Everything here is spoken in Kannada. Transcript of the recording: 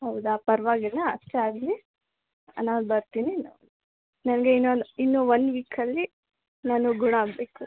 ಹೌದಾ ಪರವಾಗಿಲ್ಲ ಅಷ್ಟೇ ಆಗಲಿ ನಾ ಬರ್ತೀನಿ ನನಗೆ ಇನ್ನೊಂದು ಇನ್ನು ಒಂದು ವೀಕಲ್ಲಿ ನಾನು ಗುಣ ಆಗಬೇಕು